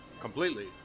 completely